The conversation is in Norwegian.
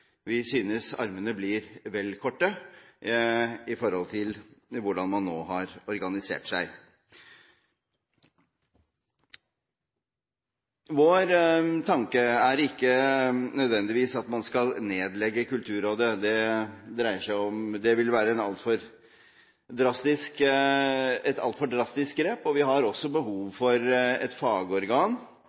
Vi synes armene blir vel korte med tanke på hvordan man nå har organisert seg. Vår tanke er ikke nødvendigvis at man skal nedlegge Kulturrådet. Det vil være et altfor drastisk grep, og vi har også behov for et fagorgan